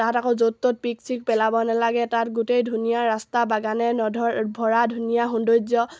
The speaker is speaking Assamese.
তাত আকৌ য'ত ত'ত পিক চিক পেলাব নালাগে তাত গোটেই ধুনীয়া ৰাস্তা বাগানে নধৰা ভৰা ধুনীয়া সৌন্দৰ্য